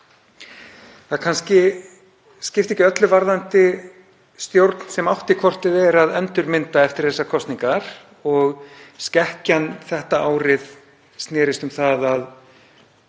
Það kannski skiptir ekki öllu varðandi stjórn sem átti hvort eð er að endurmynda eftir þessar kosningar. Skekkjan þetta árið snerist um það að